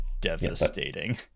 devastating